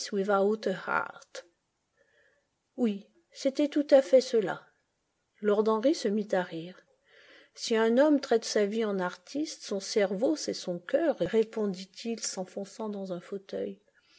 oui c'était tout à fait cela lord henry se mit à rire si un homme traite sa vie en artiste son cerveau c'est son cœur répondit-il s'enfonçant dans un fauteuil